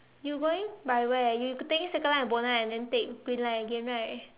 you going by where you taking circle line to Buona and then take green line again right